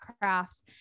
craft